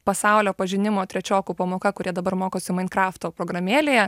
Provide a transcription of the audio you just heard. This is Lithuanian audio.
pasaulio pažinimo trečiokų pamoka kurie dabar mokosi main krafto programėlėje